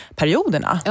perioderna